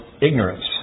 ignorance